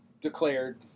declared